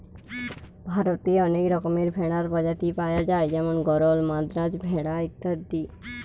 ভারতে অনেক রকমের ভেড়ার প্রজাতি পায়া যায় যেমন গরল, মাদ্রাজ ভেড়া ইত্যাদি